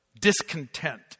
Discontent